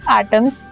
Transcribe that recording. atoms